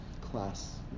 class